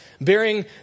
bearing